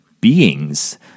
beings